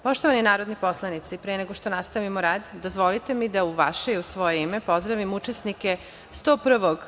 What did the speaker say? Poštovani narodni poslanici, pre nego što nastavimo rad, dozvolite mi da u vaše i u svoje ime pozdravim učesnike 101.